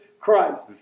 Christ